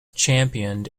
championed